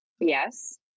Yes